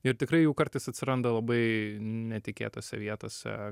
ir tikrai jų kartais atsiranda labai netikėtose vietose